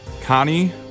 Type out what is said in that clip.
Connie